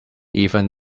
even